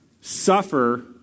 suffer